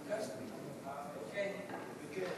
ההסתייגות של חברת הכנסת יעל גרמן וקבוצת